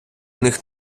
них